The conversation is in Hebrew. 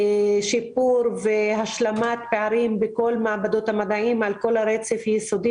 שיפור והשלמת פערים בכל מעבדות המדעים על כל הרצף - יסודי,